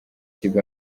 ikipe